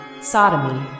sodomy